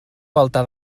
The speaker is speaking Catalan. volta